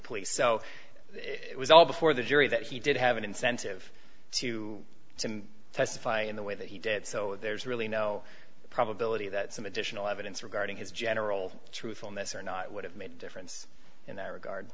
police so it was all before the jury that he did have an incentive to testify in the way that he did so there's really no probability that some additional evidence regarding his general truthfulness or not would have made a difference in that regard